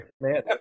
man